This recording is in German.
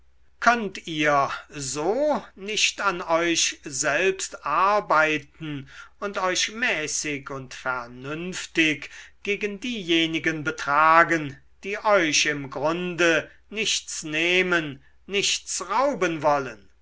könnt ihr so nicht an euch selbst arbeiten und euch mäßig und vernünftig gegen diejenigen betragen die euch im grunde nichts nehmen nichts rauben wollen